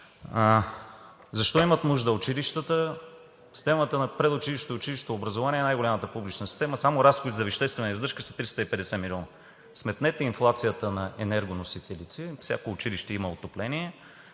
Защо имат нужда училищата? Системата на предучилищното и училищното образование е най-голямата публична система и само разходите за веществена издръжка са 350 милиона. Сметнете инфлацията на енергоносителите – всяко училище има отопление